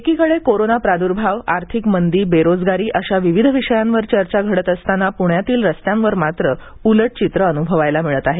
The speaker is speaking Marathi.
एकीकडे कोरोना प्रादुर्भाव आर्थिक मंदी बेरोजगारी अशा विविध विषयांवर चर्चा घडत असताना प्ण्यातील रस्त्यांवर मात्र उलट चित्र अन्भवायला मिळत आहे